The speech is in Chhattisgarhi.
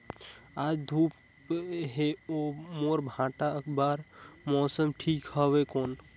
आज धूप हे मोर भांटा बार मौसम ठीक हवय कौन?